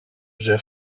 j’ai